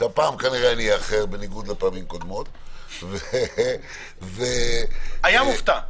שהפעם כנראה אני אאחר "בניגוד" לפעמים קודמות --- הוא היה מופתע...